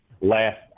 last